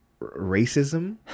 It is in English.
racism